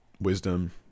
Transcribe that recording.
wisdom